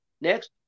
Next